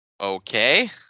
Okay